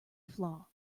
flaw